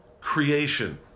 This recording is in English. creation